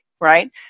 right